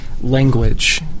language